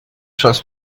trust